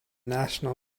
national